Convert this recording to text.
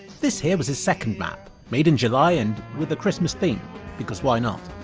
this here was the second map, made in july and with a christmas theme because why not.